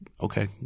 okay